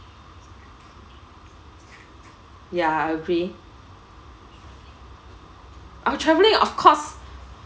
ya agree uh travelling of course